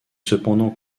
cependant